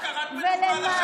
ולמעשה,